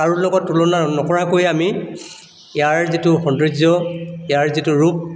কাৰো লগত তুলনা নকৰাকৈ আমি ইয়াৰ যিটো সৌন্দৰ্য ইয়াৰ যিটো ৰূপ